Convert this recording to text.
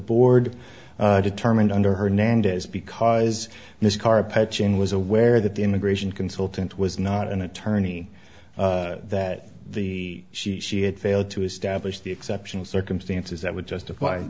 board determined under hernandez because this carpet chain was aware that the immigration consultant was not an attorney that the she she had failed to establish the exceptional circumstances that would justify